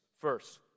First